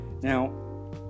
Now